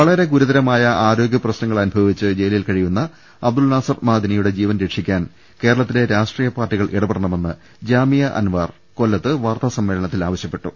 വളരെ ഗുരുതരമായ ആരോഗ്യ പ്രശ്നങ്ങൾ അനുഭവിച്ച് ജയിലിൽ കഴിയുന്ന അബ്ദുൽ നാസർ മഅ്ദനിയുടെ ജീവൻ രക്ഷിക്കാൻ കേരളത്തിലെ രാഷ്ട്രീയപാർട്ടികൾ ഇടപെടണമെന്ന് ജാമിയ അൻവാർ കൊല്ലത്ത് വാർത്താസമ്മേളുന്നത്തിൽ ആവശ്യപ്പെട്ടു